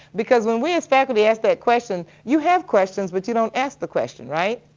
because when we as faculty ask that question, you have questions but you don't ask the question, right?